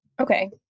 Okay